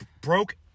broke